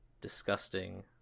disgusting